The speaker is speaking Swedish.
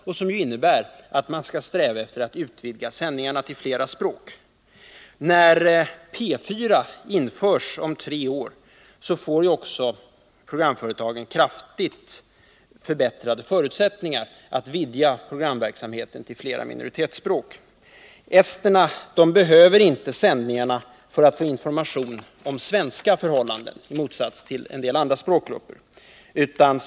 Det innebär att man skall sträva efter att utvidga sändningarna till flera språk. När P 4 införs om tre år, får också programföretagen kraftigt förbättrade Nr 167 förutsättningar att vidga programverksamheten till flera minoritetsspråk. Måndagen den Esterna behöver inte sändningarna för att få information om svenska 9 juni 1980 förhållanden — i motsats till vad som är fallet för en del andra grupper.